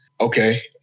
Okay